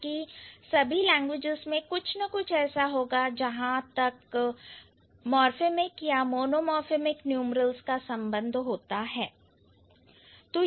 बल्कि सभी लैंग्वेजेज़ में कुछ न कुछ ऐसा होगा जहां तक मोर्फेमिक या मोनोमोर्फेमिक न्यूमरल्स का संबंध होता है